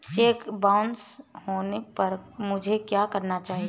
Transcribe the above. Check bounce होने पर मुझे क्या करना चाहिए?